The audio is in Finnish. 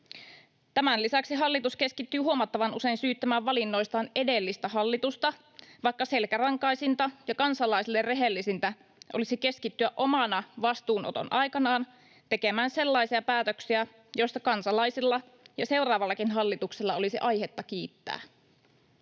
Tämän lisäksi hallitus keskittyy huomattavan usein syyttämään valinnoistaan edellistä hallitusta, vaikka selkärankaisinta ja kansalaisille rehellisintä olisi keskittyä omana vastuunoton aikanaan tekemään sellaisia päätöksiä, joista kansalaisilla ja seuraavallakin hallituksella olisi aihetta kiittää.